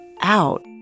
out